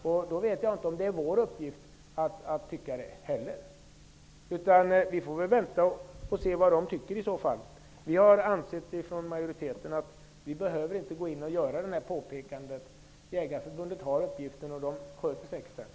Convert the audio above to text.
Därför vet jag inte om det är vår uppgift att tycka det heller. Vi får väl vänta och se vad man där tycker. Liksom majoriteten anser jag att vi inte behöver göra något påpekande. Jägareförbundet har den uppgiften och sköter den säkert.